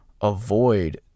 avoid